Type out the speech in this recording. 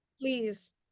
Please